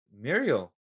Muriel